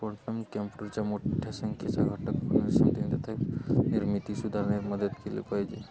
कोण पण कॅम्पुटरच्या मोठ्या संख्येचा घटक होण्यासाठी तिथे निर्मिती सुधारणे मदत केली पाहिजे